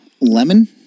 Lemon